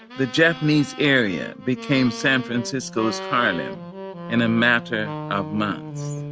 the japanese area became san francisco's harlem in a matter of months